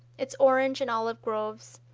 its orange and olive groves,